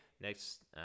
Next